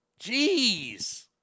Jeez